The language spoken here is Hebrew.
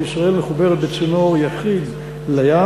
וישראל מחוברת בצינור יחיד לים,